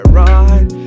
ride